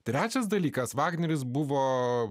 trečias dalykas vagneris buvo